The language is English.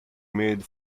made